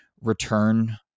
return